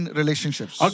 relationships